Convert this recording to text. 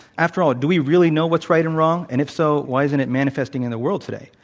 after all, do we really know what's right and wrong. and if so, why isn't it manifesting in the world today?